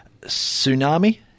Tsunami